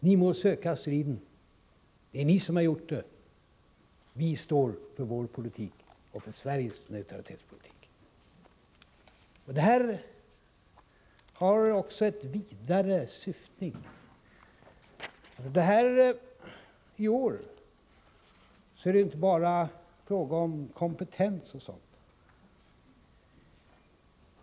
Ni må söka striden — det är ni som har gjort det — vi står för vår politik och för Sveriges neutralitetspolitik. Det här har också en vidare syftning. I år är det inte bara fråga om kompetens.